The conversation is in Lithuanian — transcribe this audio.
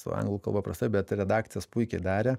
su anglų kalba prastai bet redakcijas puikiai darė